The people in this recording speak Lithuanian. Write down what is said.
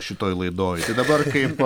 šitoj laidoj tai dabar kaip